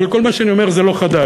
אבל כל מה שאני אומר זה לא חדש.